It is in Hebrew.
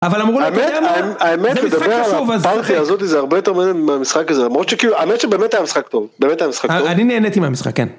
אבל אמרו לו אתה יודע מה, האמת, האמת, זה משחק חשוב אז שחק. פרחי, אודי, זה הרבה יותר מעניין מהמשחק הזה. מרות שכאילו, האמת שבאמת היה משחק טוב. באמת היה משחק טוב. אני נהנית עם המשחק, כן.